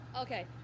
Okay